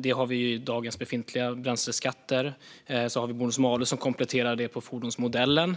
Det har vi i dagens befintliga bränsleskatter. Sedan har vi bonus-malus som kompletterar det för fordonsmodellen.